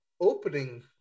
opening